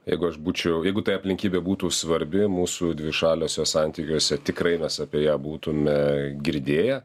jeigu aš būčiau jeigu tai aplinkybė būtų svarbi mūsų dvišaliuose santykiuose tikrai mes apie ją būtume girdėję